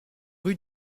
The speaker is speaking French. rue